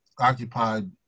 occupied